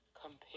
compare